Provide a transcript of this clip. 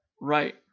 right